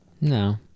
No